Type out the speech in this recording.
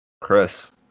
Chris